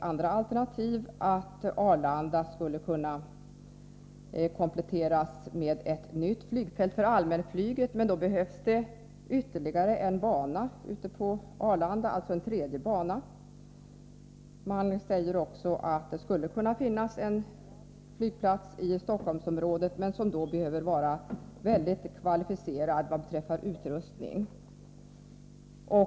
Arlanda skulle kunna kompletteras med ett nytt flygfält för allmänflyget, men då behövs det ytterligare en bana, en tredje bana, på Arlanda. 3. Arlanda samt en flygplats i Stockholmsområdet, men denna måste då vara mycket kvalificerad vad beträffar utrustning. 4.